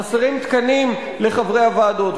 חסרים תקנים לחברי הוועדות,